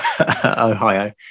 Ohio